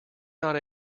not